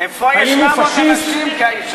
איפה ישנם עוד אנשים כאיש הזה?